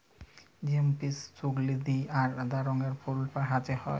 জেসমিল সুগলধি অ সাদা রঙের ফুল গাহাছে হয়